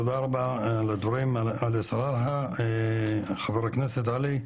תודה רבה על הדברים חבר הכנסת עלי,